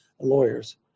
lawyers